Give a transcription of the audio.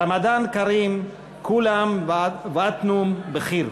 רמדאן כארים, כול עאם ואנתום בח'יר.